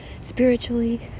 spiritually